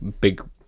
Big